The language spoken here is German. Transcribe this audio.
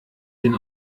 den